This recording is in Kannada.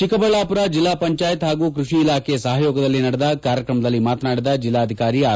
ಚಿಕ್ಕಬಳ್ಳಾಪುರ ಜಿಲ್ಲಾ ಪಂಚಾಯತ್ ಹಾಗೂ ಕೃಷಿ ಇಲಾಖೆ ಸಹಯೋಗದಲ್ಲಿ ನಡೆದ ಕಾರ್ಯಕ್ರಮದಲ್ಲಿ ಮಾತನಾಡಿದ ಜಿಲ್ಡಾಧಿಕಾರಿ ಆರ್